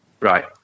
Right